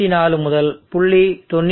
84 முதல் 0